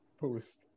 post